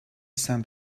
sand